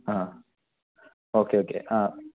ആ okay okay ആ